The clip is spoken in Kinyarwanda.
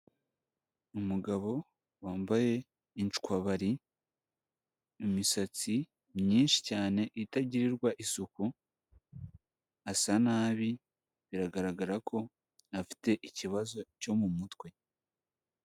Umugabo wambaye inshwabari, imisatsi myinshi cyane itagirirwa isuku, asa nabi biragaragara ko afite ikibazo cyo mu mutwe.